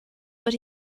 but